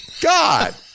God